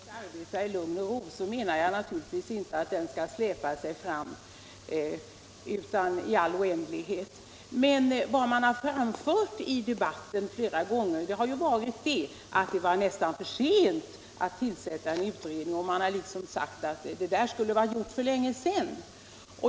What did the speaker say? Herr talman! Till utskottets ordförande vill jag bara säga, att när jag talade om att utredningen kan arbeta i lugn och ro menade jag naturligtvis inte att den skall släpa sig fram i all oändlighet. Men vad man har framfört flera gånger i debatten har varit att det nästan var för sent att tillsätta en utredning; det skulle ha varit gjort för länge sedan.